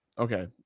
okay.